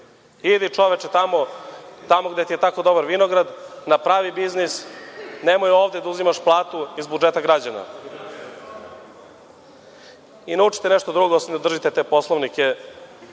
Idi čoveče tamo, tamo gde ti je tako dobar vinograd, napravi biznis, nemoj ovde da uzimaš platu iz budžeta građana. I naučite nešto drugo, osim da držite te poslovnike,